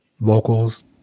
vocals